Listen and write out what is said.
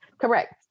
Correct